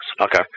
Okay